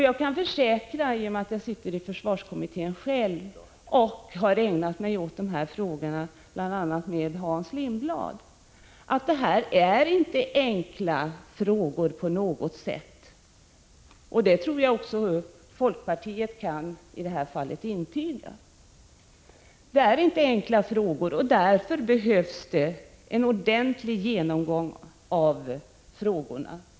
Jag sitter själv i försvarskommittén och har ägnat mig åt dessa frågor bl.a. tillsammans med Hans Lindblad, och jag kan försäkra att det inte på något sätt är enkla frågor. Det tror jag att folkpartiet i det här fallet också kan intyga. Därför behövs det en ordentlig genomgång av frågorna.